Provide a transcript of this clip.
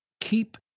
Keep